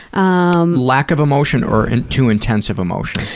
um lack of emotion or and too intense of emotion?